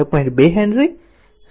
2 Henry 0